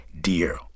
Dear